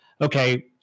okay